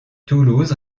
toulouse